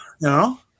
No